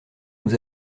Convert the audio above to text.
nous